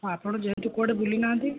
ହଁ ଆପଣ ଯେହେତୁ କୁଆଡ଼େ ବୁଲି ନାହାଁନ୍ତି